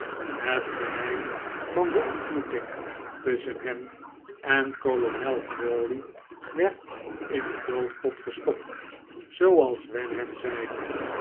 het geheim van de ontmoeting tusschen hem en kolonel crawley werd in den doofpot gestopt zooals wenham zeide